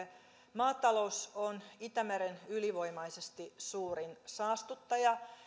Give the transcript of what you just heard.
maatalous on itämeren ylivoimaisesti suurin saastuttaja